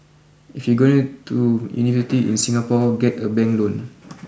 if you're going to university in Singapore get a bank loan